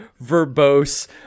verbose